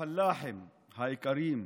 הפלאחים, האיכרים,